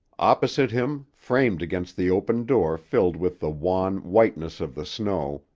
opposite him, framed against the open door filled with the wan whiteness of the snow,